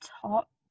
top